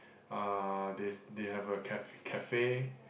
uh they they have a caf~ cafe